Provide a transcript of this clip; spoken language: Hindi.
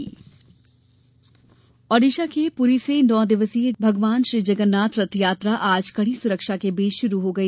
जगन्नाथ रथयात्रा ओड़िशा के पूरी से नौ दिवसीय भगवान श्री जगन्नाथ रथयात्रा आज कड़ी सुरक्षा के बीच शुरू हो गई